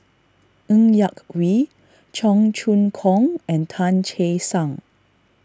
Ng Yak Whee Cheong Choong Kong and Tan Che Sang